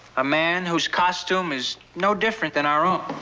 a man whose costume is no different than our own.